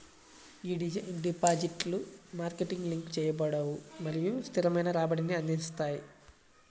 ఈ డిపాజిట్లు market link చేయబడవు మరియు స్థిరమైన రాబడిని అందిస్తాయి